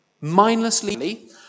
mindlessly